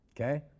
okay